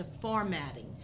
formatting